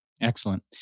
Excellent